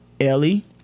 Ellie